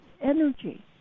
energy